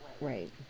right